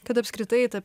kad apskritai tą